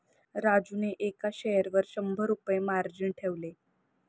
राजूने एका शेअरवर शंभर रुपये मार्जिन ठेवले